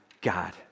God